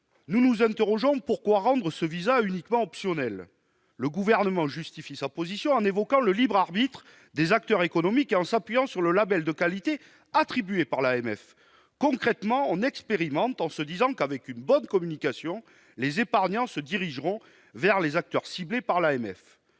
Nous nous interrogeons sur la raison pour laquelle ce visa est uniquement optionnel. Le Gouvernement justifie sa position en évoquant le libre arbitre des acteurs économiques et en s'appuyant sur le label de qualité attribué par l'AMF. Concrètement, on expérimente en se disant que, avec une bonne communication, les épargnants se dirigeront vers les acteurs ciblés par l'AMF.